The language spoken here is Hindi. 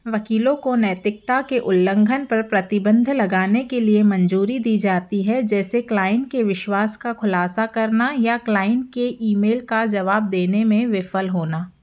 वकीलों को नैतिकता के उल्लंघन पर प्रतिबंध लगाने के लिए मंजूरी दी जाती है जैसे क्लाइंट के विश्वास का खुलासा करना या क्लाइंट ईमेल का जवाब देने में विफल होना